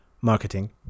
marketing